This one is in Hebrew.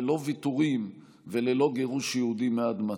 ללא ויתורים וללא גירוש יהודים מאדמתם.